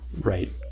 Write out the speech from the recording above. right